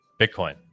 bitcoin